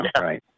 right